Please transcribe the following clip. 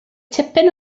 tipyn